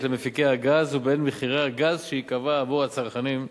למפיקי הגז ובין מחירי הגז שייקבעו עבור צרכני גז,